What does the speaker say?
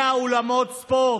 100 אולמות ספורט.